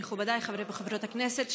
מכובדיי חברים וחברות הכנסת,